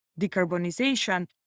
decarbonization